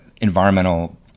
environmental